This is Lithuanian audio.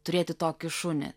turėti tokį šunį